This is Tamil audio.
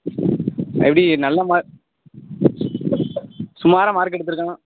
எப்படி நல்ல மார்க் சுமாராக மார்க் எடுத்துருக்கானா